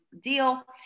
deal